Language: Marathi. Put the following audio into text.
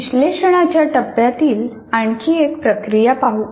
विश्लेषणाच्या टप्प्यातील आणखी एक प्रक्रिया पाहू या